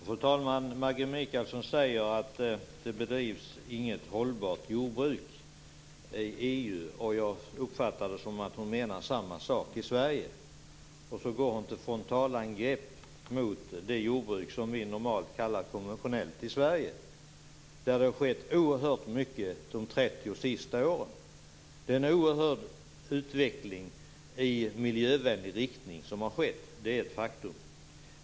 Fru talman! Maggi Mikaelsson säger att ett hållbart jordbruk inte bedrivs inom EU. Jag uppfattar att hon menar att det är på samma sätt i Sverige. Hon går till frontalangrepp mot det jordbruk som vi i Sverige normalt kallar för konventionellt jordbruk. Där har det skett väldigt mycket under de senaste 30 åren. En oerhörd utveckling i miljövänlig riktning har skett. Detta är ett faktum.